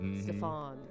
Stefan